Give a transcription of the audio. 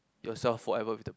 yourself forever with the